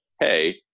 hey